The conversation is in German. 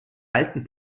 alten